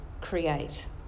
create